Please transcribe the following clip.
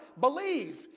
believe